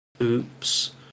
oops